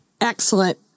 Excellent